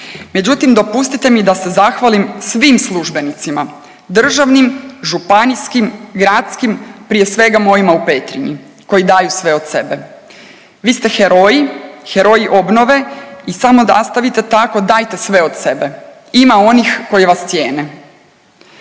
Međutim, dopustite mi da se zahvalim svim službenicima državnim, županijskim, gradskim, prije svega mojima u Petrinji koji daju sve od sebe. Vi ste heroji, heroji obnove i samo nastavite tako, dajte sve od sebe. Ima onih koji vas cijene.